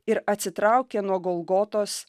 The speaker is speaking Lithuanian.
ir atsitraukę nuo golgotos